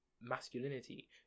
masculinity